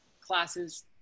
classes